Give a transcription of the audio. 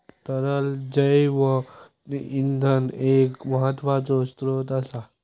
तरल जैव इंधन एक महत्त्वाचो स्त्रोत असा